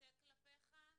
אחטא כלפיך.